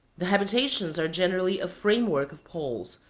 the habitations are generally a frame-work of poles,